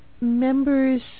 members